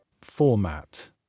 format